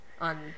on